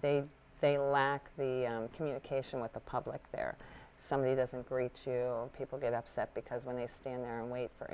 they they lack the communication with the public there somebody this and greets you people get upset because when they stand there and wait for